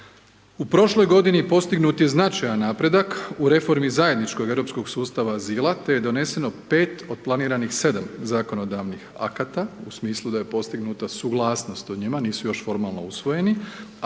U prošloj godini postignut je značajan napredak u Reformi zajedničkog europskog sustava azila, te je doneseno 5 od planiranih 7 zakonodavnih akata u smislu da je postignuta suglasnost o njima, nisu još formalno usvojeni,